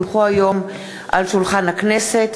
כי הונחו היום על שולחן הכנסת,